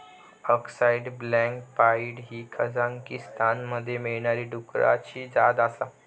अक्साई black pied ही कझाकीस्तानमध्ये मिळणारी डुकराची जात आसा